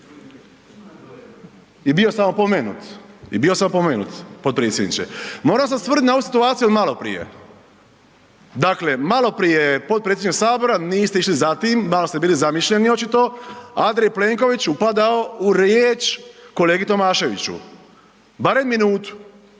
I bio sam opomenut i bio sam opomenut potpredsjedniče. Moram se osvrnuti na ovu situaciju od maloprije. Dakle, maloprije je potpredsjednik sabora, niste išli za tim, malo ste bili zamišljeni očito, Andrej Plenković upadao u riječ kolegi Tomaševiću, barem minutu.